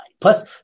Plus